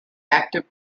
active